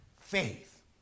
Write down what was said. faith